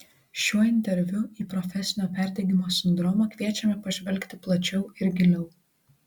šiuo interviu į profesinio perdegimo sindromą kviečiame pažvelgti plačiau ir giliau